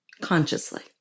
consciously